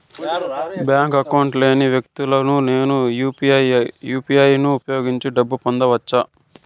Bank account లేని వ్యక్తులకు నేను యు పి ఐ యు.పి.ఐ ను ఉపయోగించి డబ్బు పంపొచ్చా?